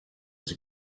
his